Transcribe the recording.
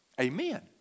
Amen